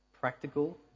practical